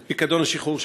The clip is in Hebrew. את פיקדון השחרור שקיבלו.